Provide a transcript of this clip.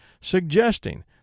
suggesting